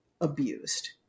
abused